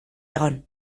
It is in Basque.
egon